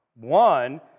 One